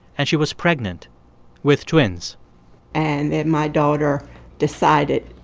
and she was pregnant with twins and my daughter decided,